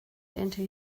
into